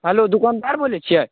hello दूकानदार बोलै छियै